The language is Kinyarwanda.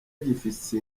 gifise